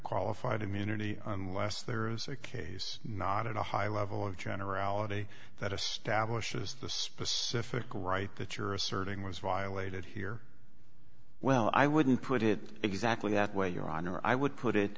qualified immunity unless there is a case not in a high level of generality that establishes the specific right that you're asserting was violated here well i wouldn't put it exactly that way your honor i would put it